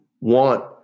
want